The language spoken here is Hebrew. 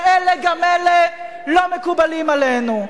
ואלה גם אלה לא מקובלים עלינו.